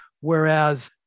whereas